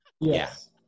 Yes